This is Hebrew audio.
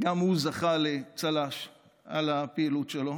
וגם הוא זכה לצל"ש על הפעילות שלו,